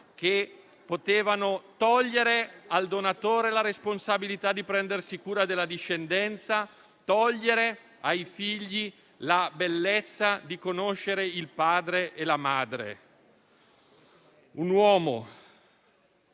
che potevano togliere al donatore la responsabilità di prendersi cura della discendenza, togliere ai figli la bellezza di conoscere il padre e la madre. Un uomo,